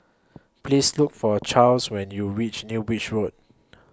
Please Look For Charles when YOU REACH New Bridge Road